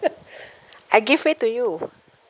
I give way to you